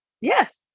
Yes